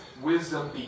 wisdom